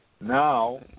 Now